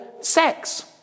sex